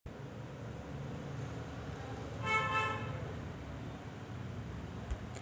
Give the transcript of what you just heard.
राजूने त्याच्या पसंतीची योजना निवडल्यानंतर रद्द केलेला चेक अपलोड केला